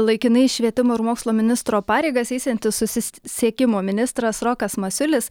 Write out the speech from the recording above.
laikinai švietimo ir mokslo ministro pareigas eisiantis susisiekimo ministras rokas masiulis